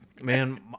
Man